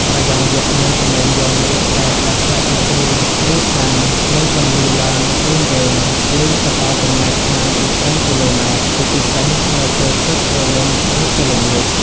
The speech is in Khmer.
ត្រយងយក្សមានសំឡេងយំ ឬស្រែកដែលប្លែកពីគេ ឮខ្លាំង និងបន្លឺឡើងវែងៗ ឮទៅដល់ចម្ងាយឆ្ងាយជាច្រើនគីឡូម៉ែត្រ ជាពិសេសនៅពេលព្រឹកព្រលឹម ឬពេលល្ងាច។